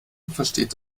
versteht